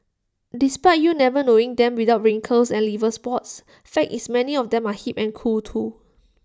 despite you never knowing them without wrinkles and liver spots fact is many of them are hip and cool too